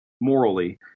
morally